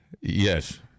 Yes